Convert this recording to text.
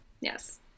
Yes